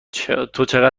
چقدر